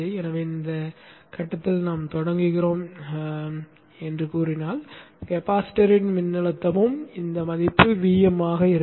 எனவே இந்த கட்டத்தில் தொடங்குகிறோம் என்று நான் சொன்னால் கெபாசிட்டரின் மின்னழுத்தமும் இந்த மதிப்பும் Vm ஆக இருக்கும்